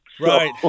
Right